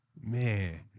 man